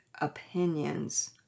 opinions